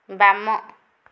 ବାମ